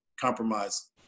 compromise